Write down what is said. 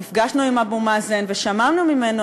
נפגשנו עם אבו מאזן ושמענו ממנו,